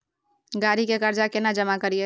गाड़ी के कर्जा केना जमा करिए?